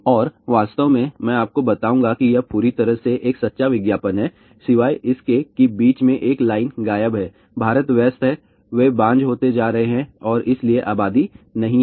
और वास्तव में मैं आपको बताऊंगा कि यह पूरी तरह से एक सच्चा विज्ञापन है शिवाय इसके कि बीच में एक लाइन गायब है भारत व्यस्त है वे बांझ हो जाते हैं और इसलिए अबादी नहीं है